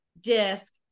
disc